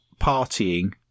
partying